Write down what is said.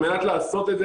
על מנת לעשות את זה,